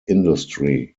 industry